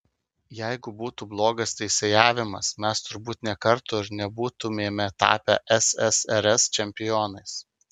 jeigu būtų blogas teisėjavimas mes turbūt nė karto ir nebūtumėme tapę ssrs čempionais